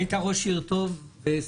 היית ראש עירייה טוב.